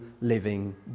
living